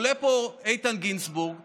עולה פה איתן גינזבורג ואומר: